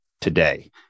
today